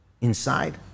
inside